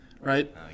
right